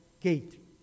gate